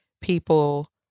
people